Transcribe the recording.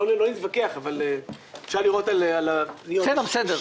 לא נתווכח, אבל אפשר לראות תאריך --- בסדר.